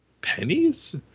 pennies—